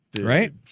right